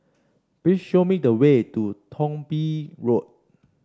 please show me the way to Thong Bee Road